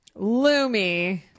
Lumi